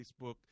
Facebook